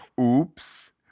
oops